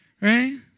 right